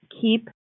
keep